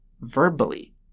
verbally